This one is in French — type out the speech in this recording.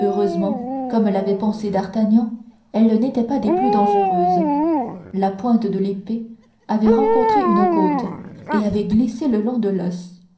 heureusement comme l'avait pensé d'artagnan elle n'était pas des plus dangereuses la pointe de l'épée avait rencontré une côte et avait glissé le long de l'os